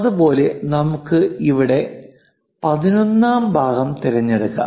അതുപോലെ നമുക്ക് ഇവിടെ 11 ാം ഭാഗം തിരഞ്ഞെടുക്കാം